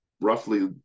roughly